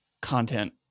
content